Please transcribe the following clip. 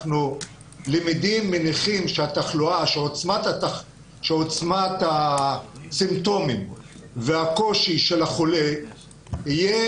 אנחנו למדים ומניחים שעוצמת הסימפטומים והקושי של החולה יהיה